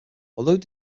although